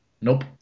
Nope